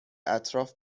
اطراف